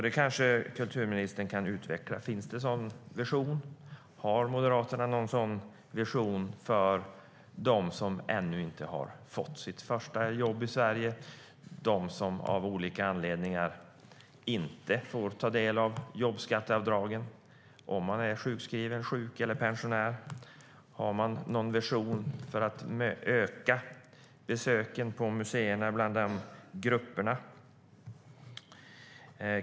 Det kanske kulturministern kan utveckla. Finns det en sådan vision? Har Moderaterna en sådan vision för dem som ännu inte har fått sitt första jobb i Sverige, för dem som av olika anledningar inte får ta del av jobbskatteavdragen - de som är sjukskrivna, sjuka eller pensionärer? Finns en vision för att öka besöken på museerna bland de grupperna?